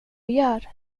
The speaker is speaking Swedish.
gör